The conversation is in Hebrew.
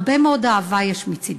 הרבה מאוד אהבה יש מצדה.